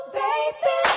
baby